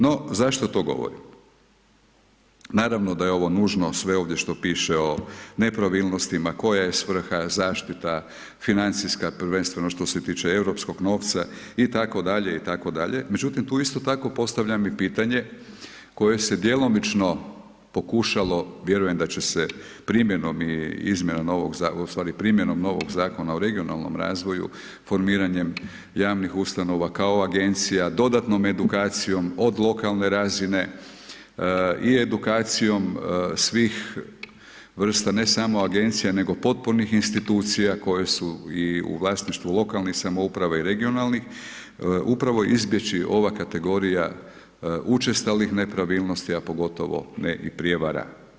No zašto to govorim, naravno da je ovo nužno sve ovdje što piše o nepravilnostima, koja je svrha, zaštita, financijska prvenstveno što se tiče Europskog novca itd., itd. međutim tu isto tako postavljam i pitanje koje se djelomično pokušalo, vjerujem da će se primjenom i izmjenom novoga Zakona u stvari primjenom novog Zakona o regionalnom razvoju, formiranjem javnih ustanova kao Agencija, dodatnom edukacijom od lokalne razine i edukacijom svih vrsta, ne samo Agencija, nego potpornih institucija koje su i u vlasništvu lokalnih samouprava i regionalnih, upravo izbjeći ova kategorija učestalih nepravilnosti, a pogotovo ne i prijevara.